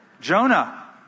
Jonah